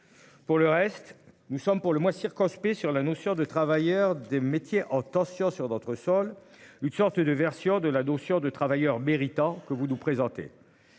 Pour le reste nous sommes pour le moins circonspect sur la notion de travailleurs des métiers en tension sur notre sol une sorte de version de la notion de travailleurs méritants que vous nous présentez.